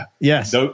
Yes